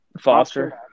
Foster